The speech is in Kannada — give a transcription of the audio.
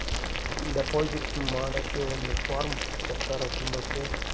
ಡೆಪಾಸಿಟ್ ಮಾಡಕ್ಕೆ ಒಂದ್ ಫಾರ್ಮ್ ಕೊಡ್ತಾರ ತುಂಬಕ್ಕೆ